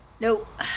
Nope